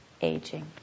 aging